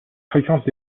fréquence